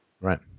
Right